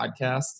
podcast